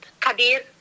Kadir